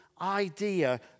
idea